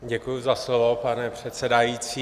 Děkuju za slovo, pane předsedající.